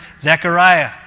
Zechariah